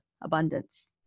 Abundance